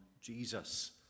Jesus